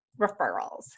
referrals